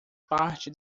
parte